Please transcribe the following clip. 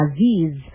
Aziz